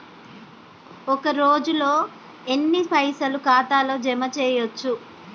ఒక రోజుల ఎన్ని పైసల్ ఖాతా ల జమ చేయచ్చు?